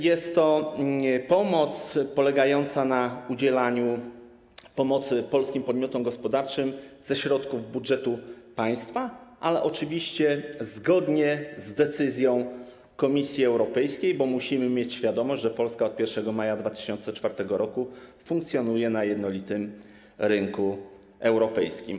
Jest to pomoc polegająca na udzielaniu wsparcia polskim podmiotom gospodarczym ze środków budżetu państwa, ale oczywiście zgodnie z decyzją Komisji Europejskiej, bo musimy mieć świadomość, że Polska od 1 maja 2004 r. funkcjonuje na jednolitym rynku europejskim.